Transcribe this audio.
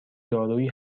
دارویی